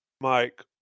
Mike